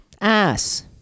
ass